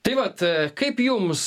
tai vat kaip jums